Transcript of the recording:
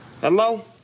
Hello